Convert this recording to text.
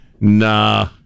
Nah